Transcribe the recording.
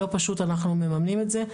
לא פשוט, אנחנו מממנים את זה.